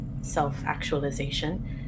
self-actualization